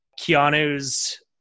Keanu's